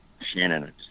shannon